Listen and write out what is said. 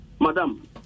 Madam